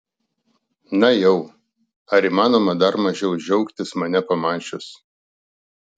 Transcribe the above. na jau ar įmanoma dar mažiau džiaugtis mane pamačius